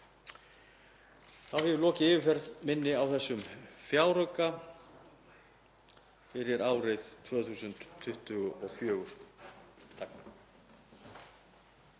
Ég hef þá lokið yfirferð minni á þessum fjárauka fyrir árið 2024.